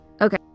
Okay